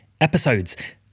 episodes